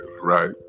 right